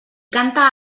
canta